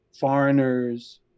foreigners